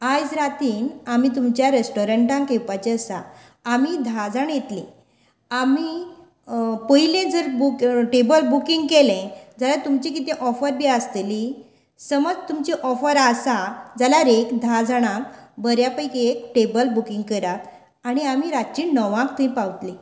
आयज रातीन आमी तुमच्या रेस्टोरंटाक येवपाची आसा आमी धा जाणां येतली आमी पयली जर बूक टेबल बूकींग केले जाल्यार तुमचीं कितें ऑफर बी आसतली समज तुमचीं ऑफर आसा जाल्यार एक धा जाणांक बऱ्या पैकी एक टेबल बुकींक करात आनी आमी एक रातची णवांक थंय पावतलीं